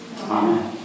Amen